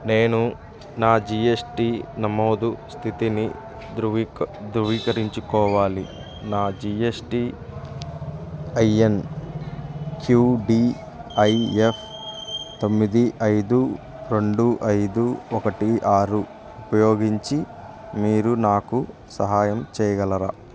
నేను నా జిఎస్టి నమోదు స్థితిని ధృవీకరించుకోవాలి నా జిఎస్టిఐఎన్ క్యూడిఐఎఫ్ తొమ్మిది ఐదు రెండు ఐదు ఒకటి ఆరు ఉపయోగించి మీరు నాకు సహాయం చేయగలరా